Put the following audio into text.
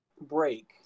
break